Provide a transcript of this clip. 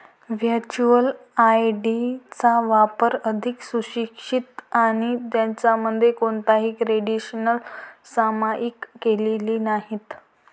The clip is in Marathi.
व्हर्च्युअल आय.डी चा वापर अधिक सुरक्षित आहे, ज्यामध्ये कोणतीही क्रेडेन्शियल्स सामायिक केलेली नाहीत